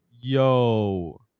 Yo